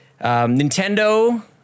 Nintendo